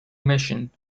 mission